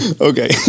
okay